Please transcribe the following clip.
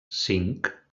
cinc